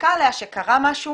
חזקה עליה שקרה משהו